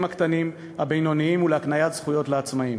הקטנים והבינוניים והקניית זכויות לעצמאים.